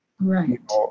Right